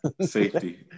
Safety